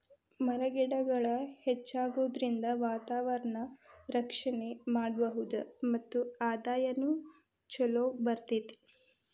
ಮರ ಗಿಡಗಳ ಹೆಚ್ಚಾಗುದರಿಂದ ವಾತಾವರಣಾನ ರಕ್ಷಣೆ ಮಾಡಬಹುದು ಮತ್ತ ಆದಾಯಾನು ಚುಲೊ ಬರತತಿ